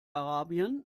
arabien